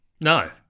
No